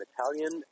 Italian